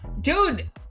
dude